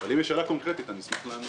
אבל אם יש שאלה קונקרטית אשמח לענות.